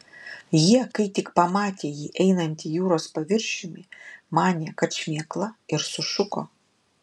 jie kai tik pamatė jį einantį jūros paviršiumi manė kad šmėkla ir sušuko